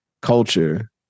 culture